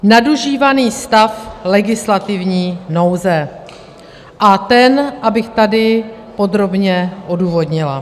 Nadužívaný stav legislativní nouze a ten abych tady podrobně odůvodnila.